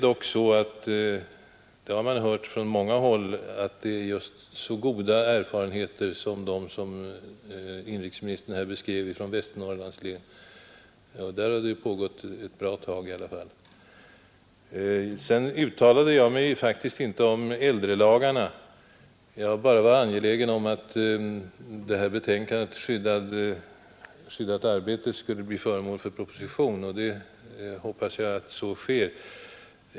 Man har dock hört från många håll att erfarenheterna är just så goda som inrikesministern här beskrev från Västernorrlands län, och där har ju verksamheten pågått ett bra tag i alla fall. Sedan uttalade jag mig faktiskt inte alls om äldrelagarna. Jag bara var argelägen om att betänkandet Skyddat arbete skulle bli föremål för proposition och jag hoppas att så sker.